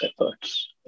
efforts